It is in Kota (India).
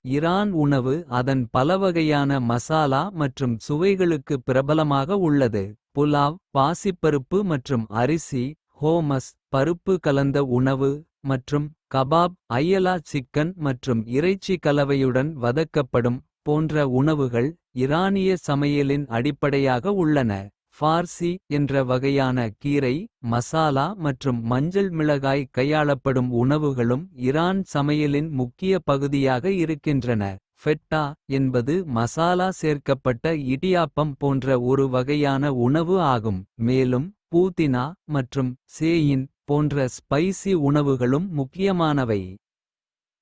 இரான் உணவு அதன் பலவகையான மசாலா மற்றும். சுவைகளுக்குப் பிரபலமாக உள்ளது புலாவ் பாசிப்பருப்பு. மற்றும் அரிசி ஹோமஸ் பருப்பு கலந்த உணவு. மற்றும் கபாப் ஐயலா சிக்கன் மற்றும் இறைச்சி. கலவையுடன் வதக்கப்படும்) போன்ற உணவுகள். இரானிய சமையலின் அடிப்படையாக உள்ளன. பார்சி என்ற வகையான கீரை மசாலா மற்றும் மஞ்சள். மிளகாய் கையாளப்படும் உணவுகளும் இரான் சமையலின். முக்கிய பகுதியாக இருக்கின்றன பெட்டா என்பது மசாலா. சேர்க்கப்பட்ட இடியாப்பம் போன்ற ஒரு வகையான உணவு ஆகும். மேலும் பூதினா மற்றும் சேயின் போன்ற ஸ்பைசீ. உணவுகளும் முக்கியமானவை.